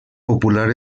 popular